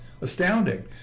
astounding